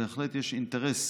בהחלט יש אינטרס